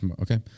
okay